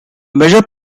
measure